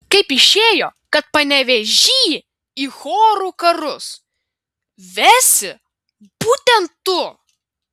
kaip išėjo kad panevėžį į chorų karus vesi būtent tu